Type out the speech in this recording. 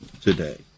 today